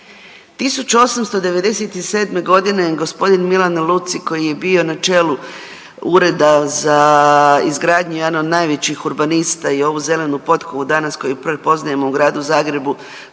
1897. g. Milan Leluci koji je bio na čelu Ureda za izgradnju, jedan od najvećih urbanista i ovu zelenu potkovu danas koju poznajemo u gradu Zagrebu